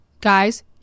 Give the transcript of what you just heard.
guys